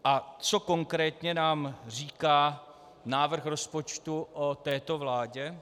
A co konkrétně nám říká návrh rozpočtu o této vládě?